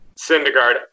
Syndergaard